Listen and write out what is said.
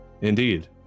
Indeed